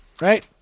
Right